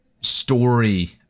story